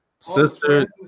Sister